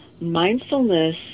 Mindfulness